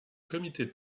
comité